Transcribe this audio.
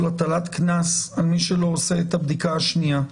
של הטלת קנס על מי שלא עושה את הבדיקה השנייה.